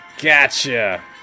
gotcha